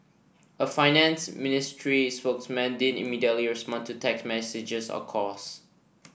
a finance ministry spokesperson didn't immediately respond to text messages or calls